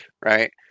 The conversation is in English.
right